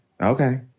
Okay